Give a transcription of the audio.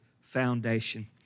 foundation